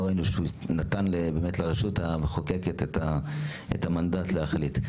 לא ראינו שהוא נתן באמת לרשות המחוקקת את המנדט להחליט.